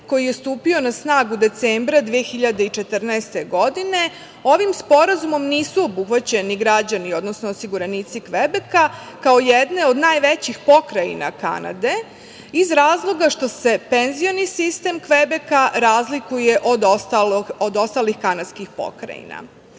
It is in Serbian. koji je stupio na snagu decembra 2014. godine, nisu obuhvaćeni građani, odnosno osiguranici Kvebeka kao jedne od najvećih pokrajina Kanade, iz razloga što se penzioni sistem Kvebeka razlikuje od ostalih kanadskih pokrajina.S